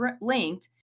linked